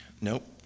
nope